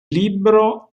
libro